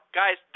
guys